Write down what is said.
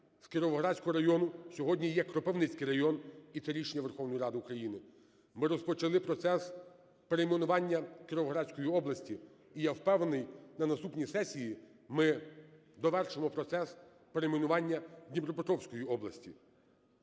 З Кіровоградського району сьогодні є Кропивницький район, і це рішення Верховної Ради України. Ми розпочали процес перейменування Кіровоградської області, і я впевнений, на наступній сесії ми довершимо процес перейменування Дніпропетровської області.